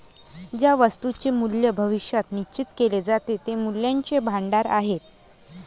ज्या वस्तूंचे मूल्य भविष्यात निश्चित केले जाते ते मूल्याचे भांडार आहेत